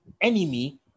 enemy